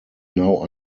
now